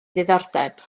ddiddordeb